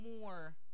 more